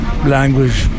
language